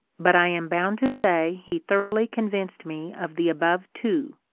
but i am bound to say he thoroughly convinced me of the above two,